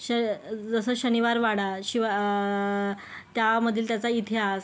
शय जसं शनिवार वाडा शिवा त्यामधील त्याचा इतिहास